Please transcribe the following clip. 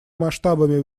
масштабами